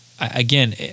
again